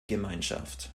gemeinschaft